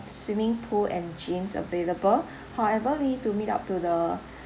swimming pool and gyms available however we need to meet up to the